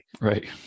Right